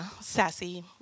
sassy